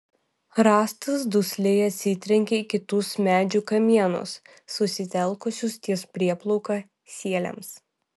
rąstas dusliai atsitrenkė į kitus medžių kamienus susitelkusius ties prieplauka sieliams